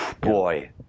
Boy